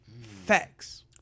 Facts